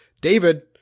David